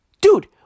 Dude